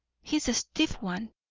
he's a stiff one.